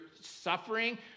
suffering